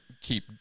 keep